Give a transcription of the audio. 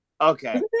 Okay